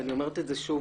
אני אומרת את זה לגלית.